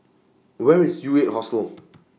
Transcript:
Where IS U eight Hostel